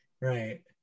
Right